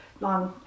long